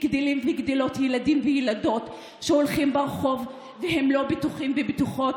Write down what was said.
גדלים וגדלות ילדים וילדות שהולכים ברחוב והם לא בטוחים ובטוחות,